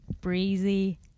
breezy